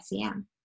SEM